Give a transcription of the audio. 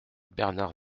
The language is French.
bernard